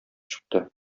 чыкты